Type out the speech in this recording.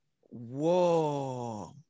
Whoa